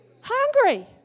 hungry